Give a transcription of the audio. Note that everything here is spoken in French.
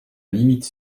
limite